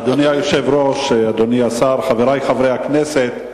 אדוני היושב-ראש, אדוני השר, חברי חברי הכנסת,